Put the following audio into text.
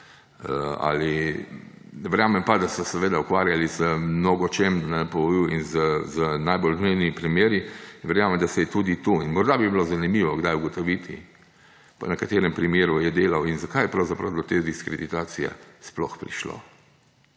verjamem pa, da so se seveda ukvarjali z mnogočem na NPU in z najbolj nujnimi primeri. Verjamem, da se je tudi tu. Morda bi bilo zanimivo kdaj ugotoviti, na katerem primeru je delal in zakaj je pravzaprav do te diskreditacije sploh prišlo.